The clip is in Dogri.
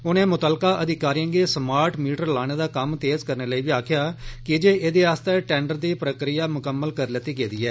उनें मुततलका अधिकारिए गी समार्ट मीटर लाने दा कम्म तेज करने लेई बी आक्खेआ की जे एह्दे आस्तै टैंडर दी प्रक्रिया मुकम्मल करी लैती गेदी ऐ